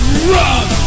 Run